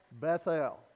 bethel